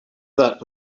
that